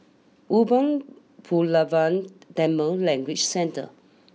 Umar Pulavar Tamil Language Centre